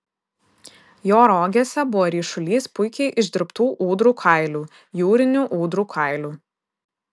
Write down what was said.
jo rogėse buvo ryšulys puikiai išdirbtų ūdrų kailių jūrinių ūdrų kailių